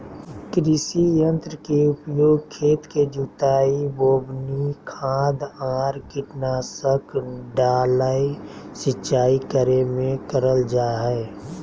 कृषि यंत्र के उपयोग खेत के जुताई, बोवनी, खाद आर कीटनाशक डालय, सिंचाई करे मे करल जा हई